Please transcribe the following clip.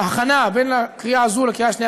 בהכנה בין הקריאה הזו לקריאה השנייה